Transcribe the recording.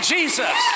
Jesus